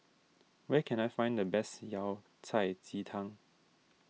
where can I find the best Yao Cai Ji Tang